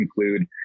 include